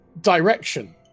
direction